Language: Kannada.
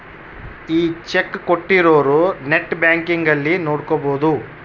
ಈ ಚೆಕ್ ಕೋಟ್ಟಿರೊರು ನೆಟ್ ಬ್ಯಾಂಕಿಂಗ್ ಅಲ್ಲಿ ನೋಡ್ಕೊಬೊದು